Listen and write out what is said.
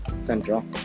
central